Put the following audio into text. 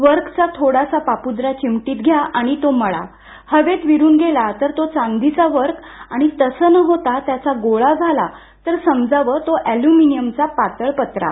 वर्खाचाथोडासा पापूद्रा चिमटीत घ्या आणि तो मळा हवेत विरून गेला तर तो चांदीचा वर्ख आणि तसं न होता त्याचा गोळा झाला तर समजावं तो एल्यूमिनियमचा पातळ पत्रा